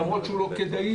למרות שהוא לא כדאי,